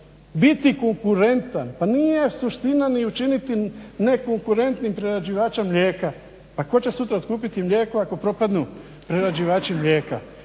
biti konkurentan. Pa nije suština ni učiniti nekonkurentnim prerađivača mlijeka. Pa tko će sutra otkupiti mlijeko ako propadnu prerađivači mlijeka.